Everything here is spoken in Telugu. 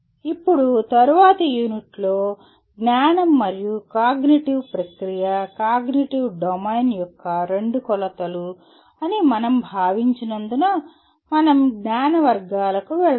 ఇప్పుడు తరువాతి యూనిట్లో జ్ఞానం మరియు కాగ్నిటివ్ ప్రక్రియ కాగ్నిటివ్ డొమైన్ యొక్క రెండు కొలతలు అని మనం భావించినందున మనం జ్ఞాన వర్గాలకు వెళ్తాము